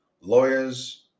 lawyers